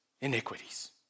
iniquities